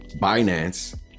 Binance